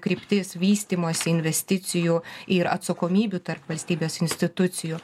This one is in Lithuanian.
kryptis vystymosi investicijų ir atsakomybių tarp valstybės institucijų